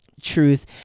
truth